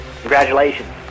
Congratulations